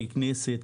ככנסת,